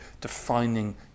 defining